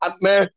Man